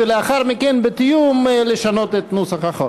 ולאחר מכן בתיאום לשנות את נוסח החוק.